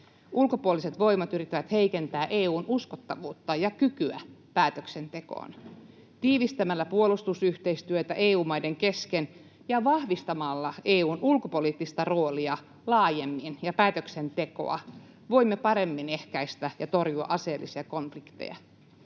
Ulkopuoliset voimat yrittävät heikentää EU:n uskottavuutta ja kykyä päätöksentekoon. Tiivistämällä puolustusyhteistyötä EU-maiden kesken ja vahvistamalla EU:n ulkopoliittista roolia ja päätöksentekoa laajemmin voimme paremmin ehkäistä ja torjua aseellisia konflikteja.